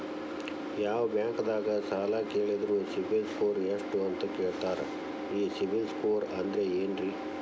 ಯಾವ ಬ್ಯಾಂಕ್ ದಾಗ ಸಾಲ ಕೇಳಿದರು ಸಿಬಿಲ್ ಸ್ಕೋರ್ ಎಷ್ಟು ಅಂತ ಕೇಳತಾರ, ಈ ಸಿಬಿಲ್ ಸ್ಕೋರ್ ಅಂದ್ರೆ ಏನ್ರಿ?